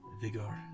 vigor